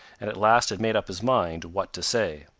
and at last had made up his mind what to say.